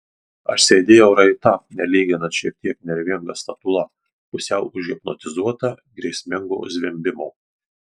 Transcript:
aš sėdėjau raita nelyginant šiek tiek nervinga statula pusiau užhipnotizuota grėsmingo zvimbimo